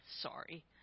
sorry